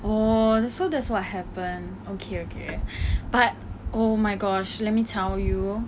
oh so that's what happen okay okay but oh my gosh let me tell you